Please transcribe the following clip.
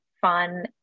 fun